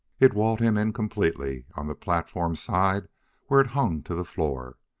it walled him in completely on the platform side where it hung to the floor,